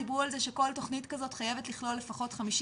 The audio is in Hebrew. דיברו על זה שכל תכנית כזאת חייבת לכלול לפחות 50